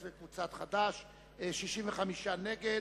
64 נגד,